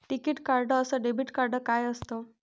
टिकीत कार्ड अस debit card काय असत?